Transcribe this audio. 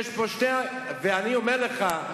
אני אומר לך,